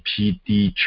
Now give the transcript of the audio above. PD